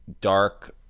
dark